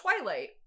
Twilight